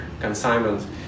consignment